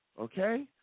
Okay